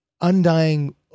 undying